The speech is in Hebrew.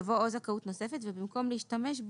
יבוא "או זכאות נוספת" ובמקום "ולהשתמש בו"